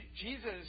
Jesus